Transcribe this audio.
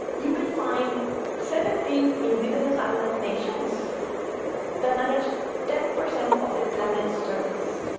you will find seventeen indigenous island nations that manage ten percent of the planet's surface.